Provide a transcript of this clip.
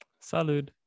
salud